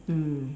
mm